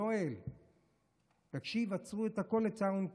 יואל, תקשיב, עצרו את הכול, לצערנו.